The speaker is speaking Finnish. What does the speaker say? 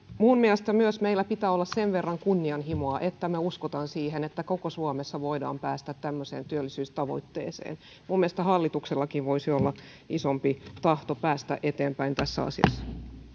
minun mielestäni meillä pitää myös olla sen verran kunnianhimoa että me uskomme siihen että koko suomessa voidaan päästä tämmöiseen työllisyystavoitteeseen minun mielestäni hallituksellakin voisi olla isompi tahto päästä eteenpäin tässä asiassa